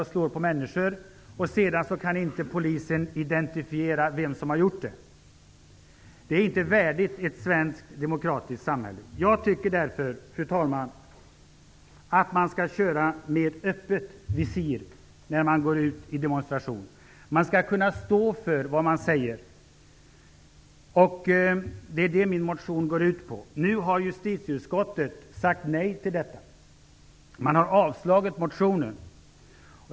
Om man bär mask kan polisen inte identifiera vem som har gjort det. Detta är inte värdigt ett svenskt demokratiskt samhälle. Jag tycker därför, fru talman, att man skall ha öppet visir när man demonstrerar. Man skall stå för vad man säger. Det går min motion ut på. Nu har justiteutskottet sagt nej till det här. Man har avstyrkt motionen.